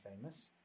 famous